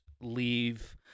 leave